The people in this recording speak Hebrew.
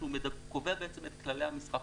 שהוא קובע את כללי המשחק.